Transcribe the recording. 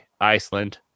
iceland